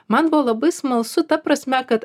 man buvo labai smalsu ta prasme kad